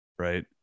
Right